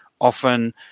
often